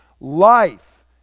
Life